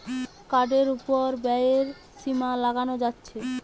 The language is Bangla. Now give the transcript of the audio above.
কার্ডের উপর ব্যয়ের সীমা লাগানো যাচ্ছে